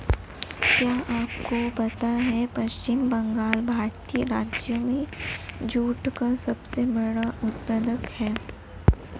क्या आपको पता है पश्चिम बंगाल भारतीय राज्यों में जूट का सबसे बड़ा उत्पादक है?